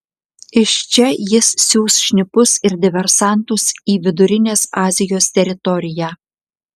iš čia jis siųs šnipus ir diversantus į vidurinės azijos teritoriją